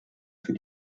für